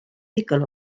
ddigon